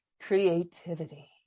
creativity